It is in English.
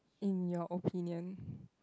in your opinion